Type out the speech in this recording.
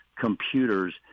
computers